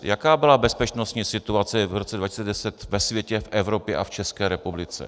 Jaká byla bezpečnostní situace v roce 2010 ve světě, v Evropě a v České republice?